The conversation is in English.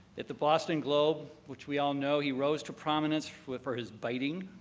at the boston globe, which we all know, he rose to prominence for his biting,